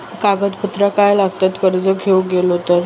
कागदपत्रा काय लागतत कर्ज घेऊक गेलो तर?